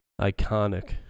Iconic